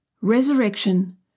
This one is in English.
resurrection